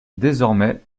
désormais